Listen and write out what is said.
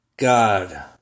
God